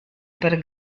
per